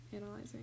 analyzing